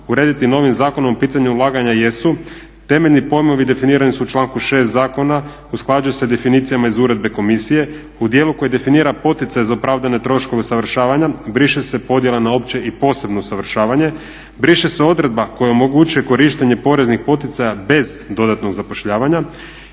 urediti novim zakonom pitanje ulaganja jesu, temeljni pojmovi definirani su u članu 6.zakonu, usklađuje se definicijama iz uredbe komisije, u djelu koji definira poticaj za opravdane troškove usavršavanja, briše se podjela na opće i posebno usavršavanje, briše se odredba koja omogućuje korištenje poreznih poticaja bez dodatnog zapošljavanja,